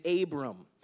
Abram